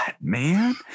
man